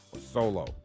solo